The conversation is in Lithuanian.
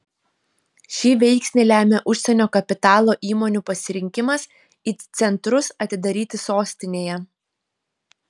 šį veiksnį lemia užsienio kapitalo įmonių pasirinkimas it centrus atidaryti sostinėje